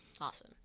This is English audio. Awesome